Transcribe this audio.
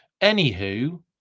Anywho